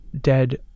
dead